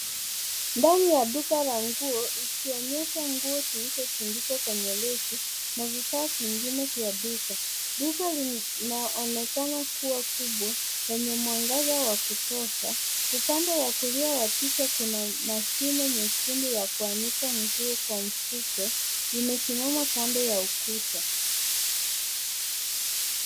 Ndani ya duka la nguo ikionyesha nguo zilizotundikwa kwenye reki na vifaa vingine vya duka. Duka linaonekana kuwa kubwa wenye mwangaza wa kutosha. Upande wa kulia wa picha kuna mashine nyekundu ya kuanika nguo kwa mfuke, limesimama kando ya ukuta.